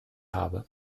habe